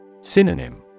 Synonym